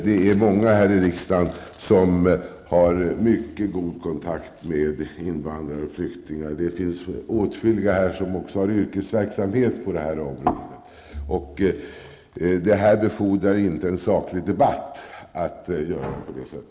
Det är många här i riksdagen som har mycket god kontakt med invandrare och flyktingar; åtskilliga har också yrkesverksamhet på detta område. Att göra som Bert Karlsson här gör befordrar inte en saklig debatt.